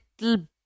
little